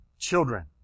Children